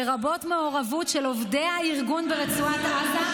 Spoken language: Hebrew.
לרבות מעורבות של עובדי הארגון ברצועת עזה,